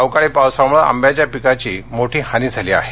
अवकाळी पावसामुळे आंब्याच्या पिकाची मोठी हानी झाली आहे